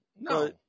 No